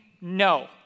no